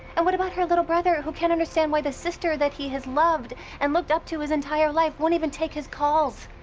and what about her little brother who can't understand why the sister that he has loved and looked up to his entire life won't even take his calls?